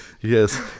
Yes